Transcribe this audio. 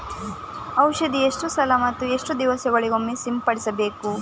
ಔಷಧ ಎಷ್ಟು ಸಲ ಮತ್ತು ಎಷ್ಟು ದಿವಸಗಳಿಗೊಮ್ಮೆ ಸಿಂಪಡಿಸಬೇಕು?